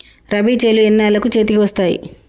రబీ చేలు ఎన్నాళ్ళకు చేతికి వస్తాయి?